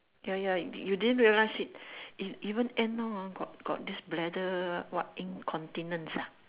ya ya you didn't realise it even even and now ah got got this bladder what incontinence ah